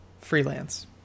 freelance –